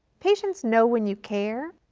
patients know when you care.